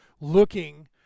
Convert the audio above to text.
looking